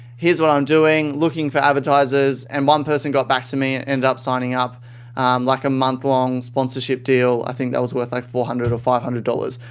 here's what i'm doing. looking for advertisers. and one person got back to me, ended up signing up like a month-long sponsorship deal. i think that was worth like four hundred dollars or five hundred dollars.